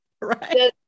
Right